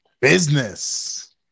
Business